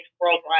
worldwide